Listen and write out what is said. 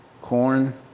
Corn